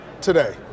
today